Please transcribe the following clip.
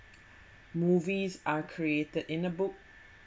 movies are created in a book